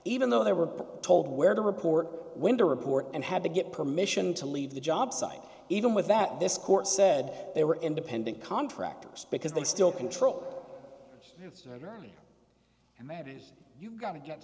even though they were told where to report when to report and had to get permission to leave the job site even with that this court said they were independent contractors because they still control the army and that is you've got to get